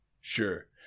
sure